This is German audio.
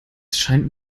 scheint